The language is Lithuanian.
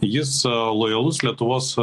jis lojalus lietuvos